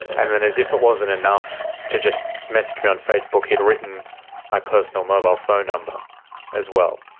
and then as if it wasn't enough to just message me on facebook, he'd written my personal mobile phone number as well.